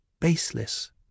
Baseless